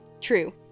true